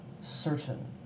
certain